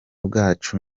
bwacu